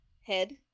head